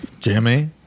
Jimmy